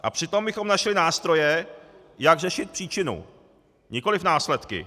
A přitom bychom našli nástroje, jak řešit příčinu, nikoliv následky.